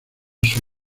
sus